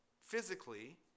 physically